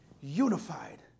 unified